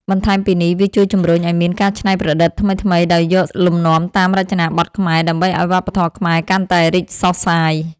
បន្ថែមពីនេះ វាជួយជំរុញឱ្យមានការច្នៃប្រឌិតថ្មីៗដោយយកលំនាំតាមរចនាបថខ្មែរ ដើម្បីឱ្យវប្បធម៌ខ្មែរកាន់តែរីកសុះសាយ។